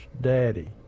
daddy